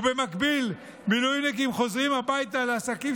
ובמקביל מילואימניקים חוזרים הביתה לעסקים